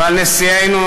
ועל נשיאנו,